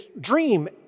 dream